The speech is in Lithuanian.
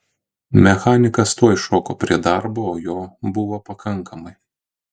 mechanikas tuoj šoko prie darbo o jo buvo pakankamai